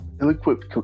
Ill-equipped